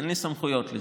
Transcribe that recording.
אין לי סמכויות לזה.